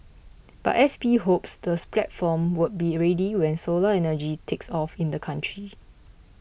but S P hopes the platform would be ready when solar energy takes off in the country